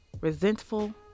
resentful